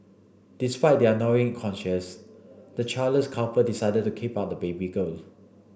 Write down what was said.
despite their gnawing conscience the childless couple decide to keep on the baby girl